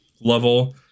level